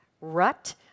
rut